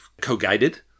co-guided